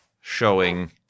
showing